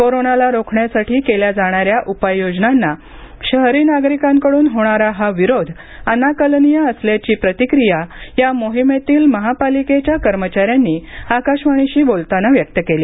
कोरोनाला रोखण्यासाठी केल्या जाणाऱ्या उपाय योजनांना शहरी नागरिकांकडून होणारा हा विरोध अनाकलनीय असल्याची प्रतिक्रिया या मोहिमेतील महापालिकेच्या कर्मचाऱ्यांनी आकाशवाणीशी बोलताना व्यक्त केली